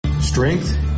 strength